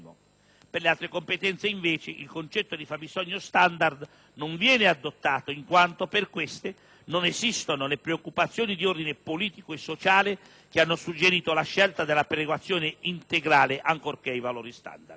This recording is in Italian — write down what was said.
Per le altre competenze, invece, il concetto di fabbisogno standard non viene adottato in quanto, per queste, non esistono le preoccupazioni di ordine politico e sociale che hanno suggerito la scelta della perequazione integrale, ancorché ai valori standard.